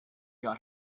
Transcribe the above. got